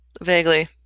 Vaguely